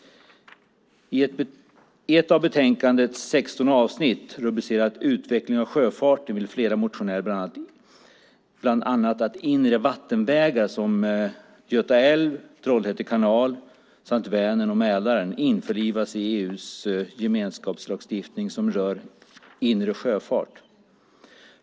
I ett av betänkandets 16 avsnitt rubricerat Utveckling av sjöfarten behandlas förslag från flera motionärer om att inre vattenvägar, som Göta älv och Trollhätte kanal samt Vänern och Mälaren, ska införlivas i EU:s gemenskapslagstiftning som rör inre sjöfart.